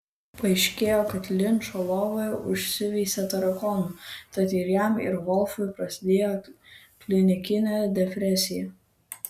paaiškėjo kad linčo lovoje užsiveisė tarakonų tad ir jam ir volfui prasidėjo klinikinė depresija